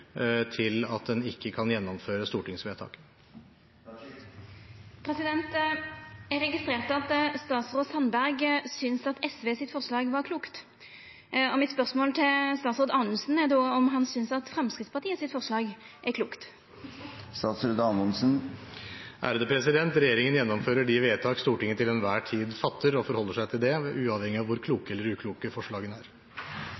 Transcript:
til at en ikke kan gjennomføre stortingsvedtaket. Eg registrerte at statsråd Sandberg syntest at forslaget frå SV var klokt, og spørsmålet mitt til statsråd Anundsen er då om han synest at forslaget frå Framstegspartiet er klokt? Regjeringen gjennomfører de vedtak Stortinget til enhver tid fatter, og forholder seg til det, uavhengig av hvor